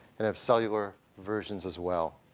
and have cellular versions as well.